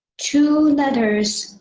two letters,